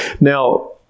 Now